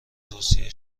توصیه